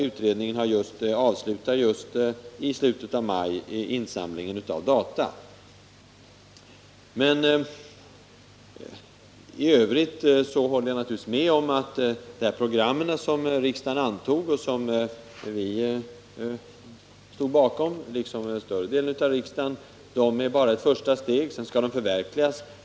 Utredningen avslutar just i slutet av maj insamlingen av data. I övrigt håller jag naturligtvis med om att de här programmen som riksdagen antog och som regeringen står bakom, liksom den större delen av riksdagen, bara är ett första steg. Nu skall de förverkligas.